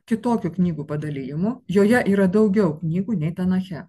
kitokiu knygų padalijimų joje yra daugiau knygų nei tanahe